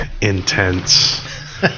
intense